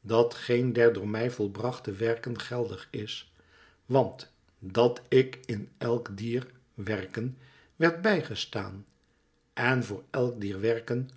dat geén der door mij volbrachte werken geldig is want dat ik in elk dier werken werd bij gestaan en voor elk dier werken